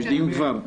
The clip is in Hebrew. יש דיון כבר?